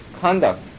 conduct